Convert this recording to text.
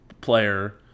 player